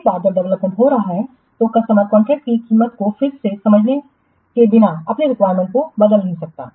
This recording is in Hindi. एक बार जब डेवलपमेंट हो रहा होता है तो कस्टमर कॉन्ट्रैक्ट की कीमत को फिर से समझने के बिना अपनी रिक्वायरमेंट्स को बदल नहीं सकता है